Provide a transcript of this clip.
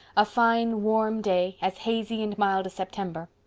a fine, warm day, as hazy and mild as september.